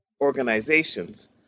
organizations